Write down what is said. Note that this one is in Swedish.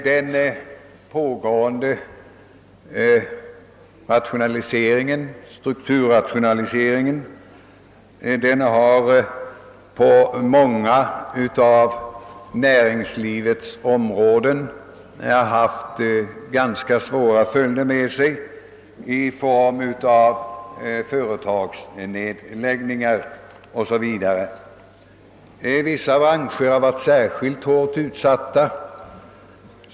Den pågående strukturrationaliseringen har på många av näringslivets områden fått ganska svåra följder i form av företagsnedläggningar 0.S. Vv. Vissa branscher har varit särskilt hårt utsatta.